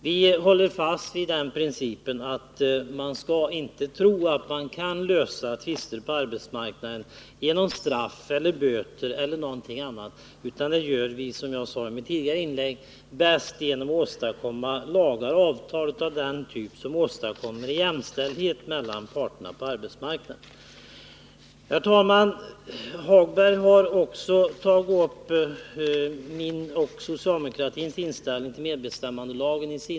Vi socialdemokrater håller fast vid den principen att man inte skall tro att man kan lösa tvister på arbetsmarknaden genom straff eller böter. Som jag sade i mitt tidigare inlägg sker det bäst genom att man åstadkommer sådana lagar och avtal som medför jämställdhet mellan parterna på arbetsmarknaden. Lars-Ove Hagberg tog i sina inlägg upp mitt och socialdemokratins inställning till medbestämmandelagen.